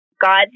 God